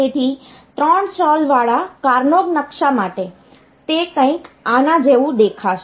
તેથી ત્રણ ચલ વાળા કાર્નોગ નકશા માટે તે કંઈક આના જેવું દેખાશે